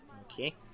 Okay